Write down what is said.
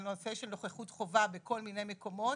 הנושא של נוכחות חובה בכל מיני מקומות,